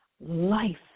life